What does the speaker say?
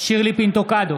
שירלי פינטו קדוש,